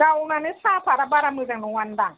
गावनानो साहा पातआ बारा मोजां नङा दां